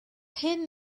hyn